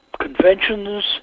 conventions